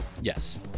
Yes